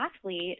athlete